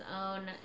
own